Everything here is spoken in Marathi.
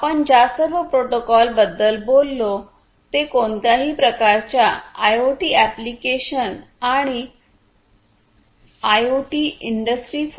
आपण ज्या सर्व प्रोटोकॉल बद्दल बोललो ते कोणत्याही प्रकारच्या आयओटी ऍप्लिकेशन आणि आयओटी आणि इंडस्ट्री 4